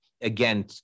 again